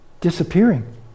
disappearing